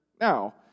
now